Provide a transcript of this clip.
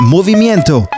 Movimiento